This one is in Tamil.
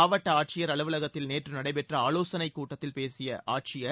மாவட்ட ஆட்சியர் அலுவலகத்தில் நேற்று நடைபெற்ற ஆலோசனைக் கூட்டத்தில் பேசிய ஆட்சியர்